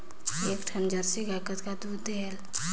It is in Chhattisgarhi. एक ठन जरसी गाय कतका दूध देहेल?